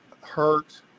hurt